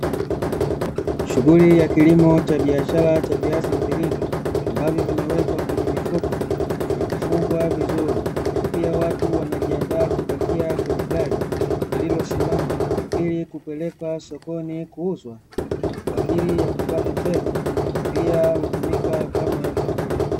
Shughuli ya kilimo cha biashara cha viazi mviringo, ambavyo vimewekwa kwenye mifuko, na kufungwa vizuri, pia watu wanajiandaa kupakia kwenye gari, lililosimama ili kupeleka sokoni kuuzwa kwaajili ya kupata fedha, pia hutumika kama chakula.